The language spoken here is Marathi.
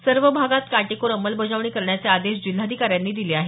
सर्व भागात काटेकोर अमलबजावणी करण्याचे आदेश जिल्हाधिकाऱ्यांनी दिले आहेत